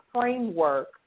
framework